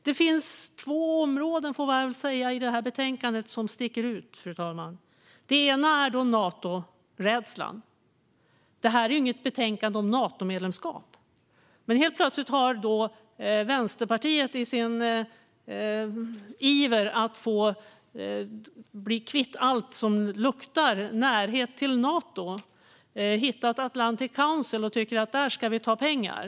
Det finns två områden i betänkandet som sticker ut, fru talman. Det ena är Natorädslan. Det här är inget betänkande om Natomedlemskap. Helt plötsligt har Vänsterpartiet i sin iver att bli kvitt allting som luktar närhet till Nato hittat Atlantic Council och tycker att där ska vi ta pengar.